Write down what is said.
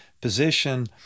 position